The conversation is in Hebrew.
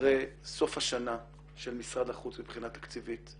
אחרי סוף השנה של משרד החוץ מבחינה תקציבית.